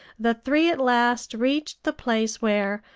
the three at last reached the place where,